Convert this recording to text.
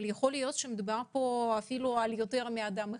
אבל יכול להיות שמדובר ביותר מאדם אחד.